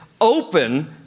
open